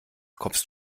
kommst